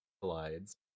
collides